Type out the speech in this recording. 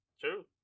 true